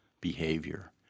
behavior